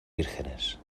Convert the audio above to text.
vírgenes